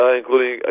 including